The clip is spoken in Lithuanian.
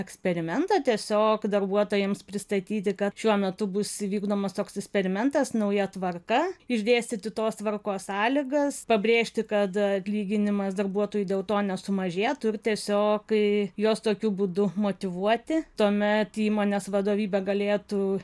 eksperimento tiesiog darbuotojams pristatyti kad šiuo metu bus vykdomas toks eskperimentas nauja tvarka išdėstyti tos tvarkos sąlygas pabrėžti kad atlyginimas darbuotojui dėl to nesumažėtų ir tiesiog kai jos tokiu būdu motyvuoti tuomet įmonės vadovybė galėtų